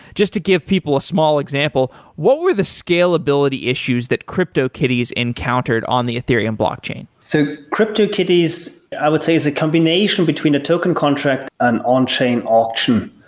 just to give people a small example, what were the scalability issues that cryptokitties encountered on the ethereum blockchain? so cryptokitties, i would say, is a combination between the token contract and on chain option.